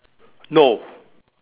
no